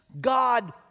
God